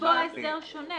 הסדר שונה?